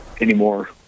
anymore